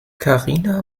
karina